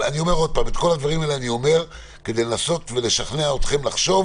את כל הדברים האלה אני אומר כדי לנסות ולשכנע אתכם לחשוב